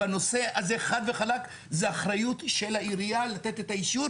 בנושא הזה חד וחלק זה אחריות של העירייה לתת את האישור.